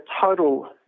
total